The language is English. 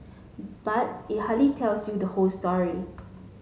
but it hardly tells you the whole story